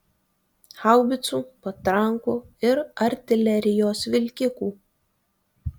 haubicų patrankų ir artilerijos vilkikų